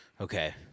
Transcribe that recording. Okay